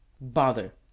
Bother